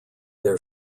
their